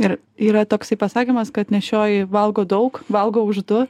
ir yra toksai pasakymas kad nėščioji valgo daug valgo už du